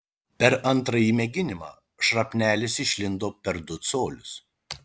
per antrąjį mėginimą šrapnelis išlindo per du colius